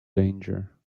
danger